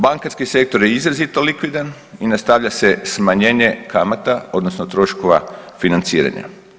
Bankarski sektor je izraziti likvidan i nastavlja se smanjene kamata odnosno troškova financiranja.